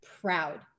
proud